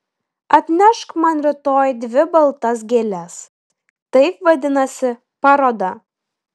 atnešk man rytoj dvi baltas gėles taip vadinasi paroda